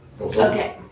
Okay